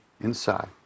inside